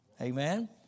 Amen